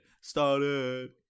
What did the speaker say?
Started